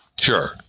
Sure